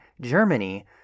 Germany